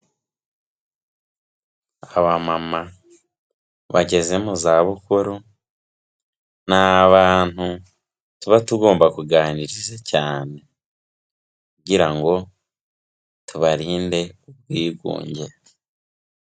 Abamama bageze mu zabukuru ni abantu tuba tugomba kuganiriza cyane kugira ngo tubarinde ubwigunge.